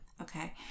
okay